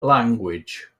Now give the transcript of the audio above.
language